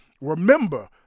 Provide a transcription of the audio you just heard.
Remember